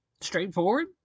Straightforward